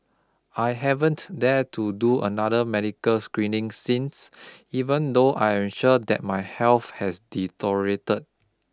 I haven't dared to do another medical screening since even though I am sure that my health has deteriorated